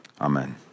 Amen